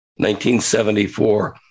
1974